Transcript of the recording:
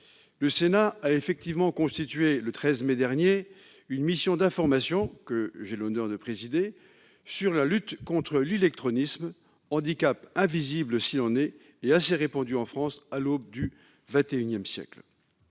Le Sénat a constitué, le 13 mai dernier, une mission d'information, que j'ai l'honneur de présider, sur la lutte contre l'illectronisme, handicap invisible s'il en est et assez répandu en France à l'aube du XXI siècle.